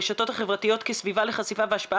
הרשתות החברתיות כסביבה לחשיפה והשפעה